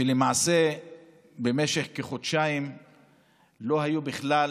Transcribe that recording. שלמעשה במשך כחודשיים לא היו בכלל